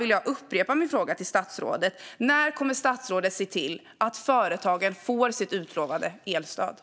Därför upprepar jag min fråga till statsrådet: När kommer statsrådet att se till att företagen får det utlovade elstödet?